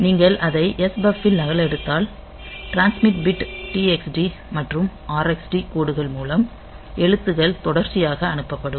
நீங்கள் அதை S பஃப்பில் நகலெடுத்தால் டிரான்ஸ்மிட் பிட் TXD மற்றும் RXD கோடுகள் மூலம் எழுத்துக்கள் தொடர்ச்சியாக அனுப்பப்படும்